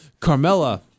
Carmella